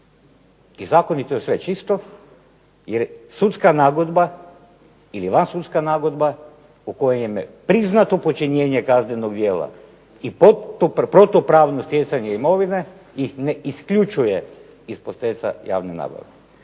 i zakonito je sve čisto, jer sudska nagodba po kojem je priznato počinjenje kaznenog djela i protupravno stjecanje imovine i ne isključuje iz procesa javne nabave.